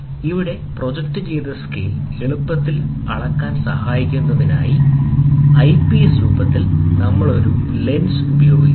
ഇവിടെ പ്രൊജക്റ്റ് ചെയ്ത സ്കെയിൽ എളുപ്പത്തിൽ അളക്കാൻ സഹായിക്കുന്നതിനായി ഐപീസ് രൂപത്തിൽ നമ്മൾ ഒരു ലെൻസ് ഉപയോഗിക്കുന്നു